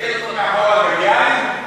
יש פה מאחורה גם יין?